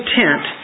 tent